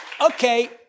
Okay